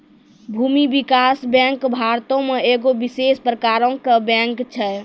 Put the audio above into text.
भूमि विकास बैंक भारतो मे एगो विशेष प्रकारो के बैंक छै